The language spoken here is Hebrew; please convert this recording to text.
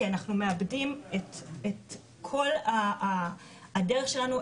כי אנחנו מאבדים את כל הדרך שלנו,